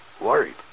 Worried